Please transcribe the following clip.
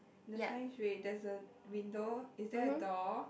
the sign's red there's a window is there a door